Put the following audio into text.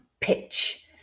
pitch